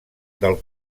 del